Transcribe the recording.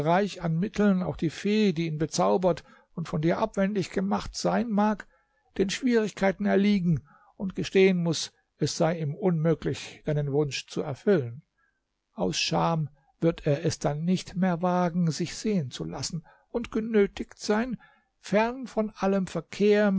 an mitteln auch die fee die ihn bezaubert und von dir abwendig gemacht sein mag den schwierigkeiten erliegen und gestehen muß es sei ihm unmöglich deinen wunsch zu erfüllen aus scham wird er es dann nicht mehr wagen sich sehen zu lassen und genötigt sein fern von allem verkehr